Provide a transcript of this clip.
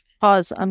Pause